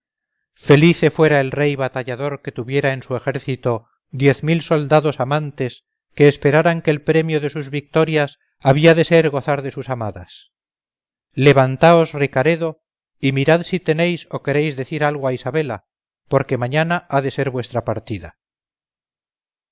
felice fuera el rey batallador que tuviera en su ejército diez mil soldados amantes que esperaran que el premio de sus victorias había de ser gozar de sus amadas levantaos ricaredo y mirad si tenéis o queréis decir algo a isabela porque mañana ha de ser vuestra partida